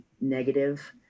negative